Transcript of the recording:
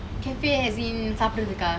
cafe as in சாப்றதுக்கா:saaprathukka